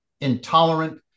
intolerant